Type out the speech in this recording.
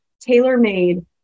tailor-made